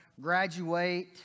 graduate